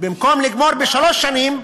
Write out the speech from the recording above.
במקום לגמור בשלוש שנים,